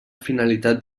finalitat